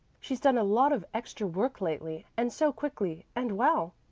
she's done a lot of extra work lately and so quickly and well.